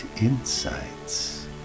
insights